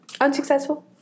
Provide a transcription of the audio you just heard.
Unsuccessful